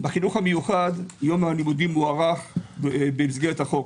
בחינוך המיוחד יום הלימודים הוארך במסגרת החוק,